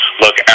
look